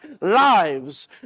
lives